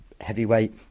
heavyweight